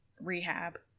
rehab